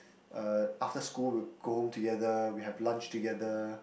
uh after school we go home together we have lunch together